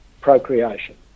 procreation